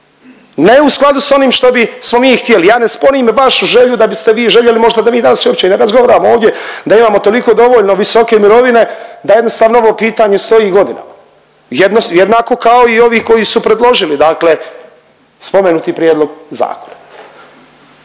ne u skladu s onim što bismo mi htjeli. Ja ne sporim vašu želju da biste vi željeli možda da mi danas uopće ni ne razgovaramo ovdje, da imamo toliko dovoljno visoke mirovine da jednostavno ovo pitanje stoji godinama. Jednako kao i ovi koji su predložili dakle spomenuti prijedlog zakona,